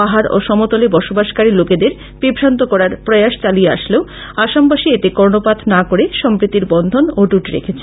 পাহাড় ও সমতলে বসবাসকরা লোকেদের বিভ্রান্ত করারপ্রয়াস চালিয়ে আসলেও আসামবাসী এতে কর্নপাত না করে সম্প্রীতির বন্ধন অট্টট রেখেছে